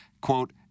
quote